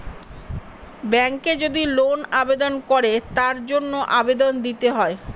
ব্যাঙ্কে যদি লোন আবেদন করে তার জন্য আবেদন দিতে হয়